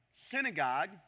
synagogue